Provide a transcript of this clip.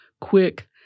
quick